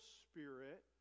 spirit